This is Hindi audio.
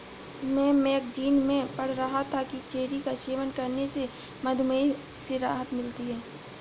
मैं मैगजीन में पढ़ रहा था कि चेरी का सेवन करने से मधुमेह से राहत मिलती है